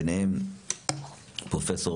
ביניהם פרופ'